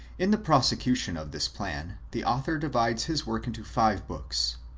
in the prosecution of this plan, the author divides his work into five books.